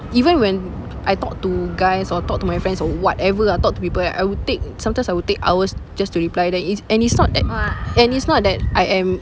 even when I talk to guys or talk to my friends or whatever ah talk to people right I will take sometimes I will take hours just to reply them it's and it's not that and it's not that I am